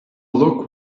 look